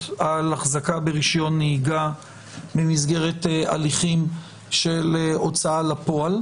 על החזקה ברישיון נהיגה במסגרת הליכים של הוצאה לפועל.